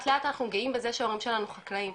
לאט אנחנו גאים בזה שההורים שלנו חקלאים.